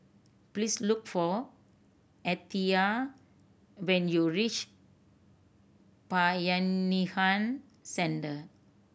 please look for Althea when you reach Bayanihan Centre